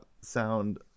sound